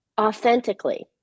authentically